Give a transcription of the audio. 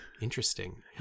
Interesting